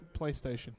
PlayStation